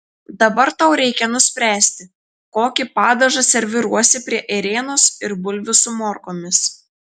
dabar tau reikia nuspręsti kokį padažą serviruosi prie ėrienos ir bulvių su morkomis